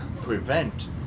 prevent